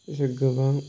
गोबां